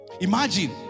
Imagine